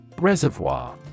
Reservoir